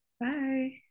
bye